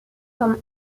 comme